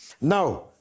Now